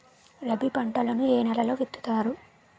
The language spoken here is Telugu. రబీ పంటలను ఏ నెలలో విత్తుతారు?